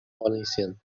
valenciennes